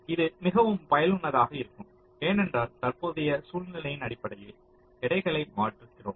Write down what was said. இது மிகவும் பயனுள்ளதாக இருக்கும் ஏனென்றால் தற்போதைய சூழ்நிலையின் அடிப்படையில் எடைகளை மாற்றுகிறோம்